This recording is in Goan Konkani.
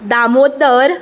दामोदर